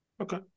Okay